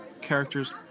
characters